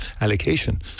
allocation